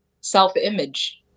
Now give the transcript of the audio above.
self-image